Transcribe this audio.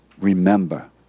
Remember